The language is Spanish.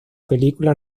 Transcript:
película